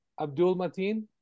Abdul-Mateen